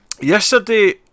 yesterday